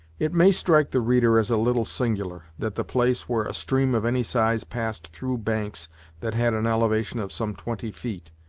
it may strike the reader as a little singular, that the place where a stream of any size passed through banks that had an elevation of some twenty feet,